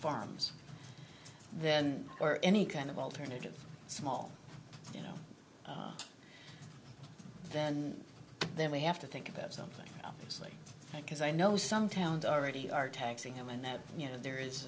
farms then for any kind of alternative small you know then then we have to think about something like that because i know some towns already are taxing him and that you know there is